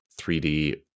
3D